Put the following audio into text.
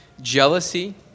jealousy